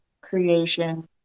creation